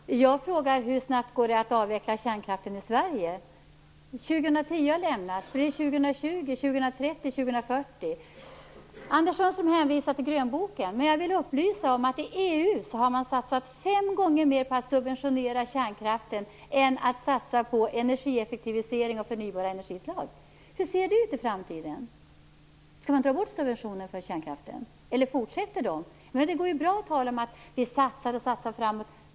Herr talman! Jag frågade hur snabbt det går att avveckla kärnkraften i Sverige. Man har gått ifrån år 2010. Blir det 2020, 2030 eller 2040? Anders Sundström hänvisar till grönboken. Men jag vill upplysa om att man i EU har satsat fem gånger mer på att subventionera kärnkraften än att satsa på energieffektivisering och förnybara energislag. Hur ser det ut i framtiden? Skall man ta bort subventionerna för kärnkraften, eller skall man fortsätta med dem? Det går ju bra att tala om att man satsar.